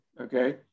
okay